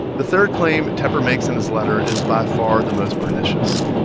the third claim tepper makes in his letter is by far the most pernicious.